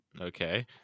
Okay